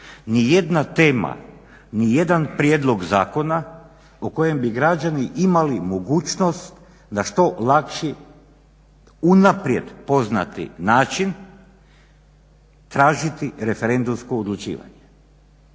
nijedna tema, nijedan prijedlog zakona po kojem bi građani imali mogućnost na što lakši unaprijed poznati način tražiti referendumsko odlučivanje.